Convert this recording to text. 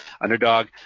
underdog